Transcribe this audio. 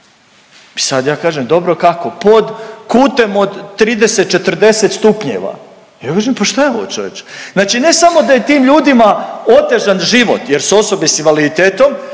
I sad ja kažem dobro kako? Pod kutem od 30, 40 stupnjeva. Ja kažem pa šta je ovo čovječe! Znači ne samo da je tim ljudima otežan život jer su osobe sa invaliditetom,